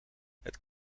het